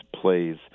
plays